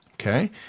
okay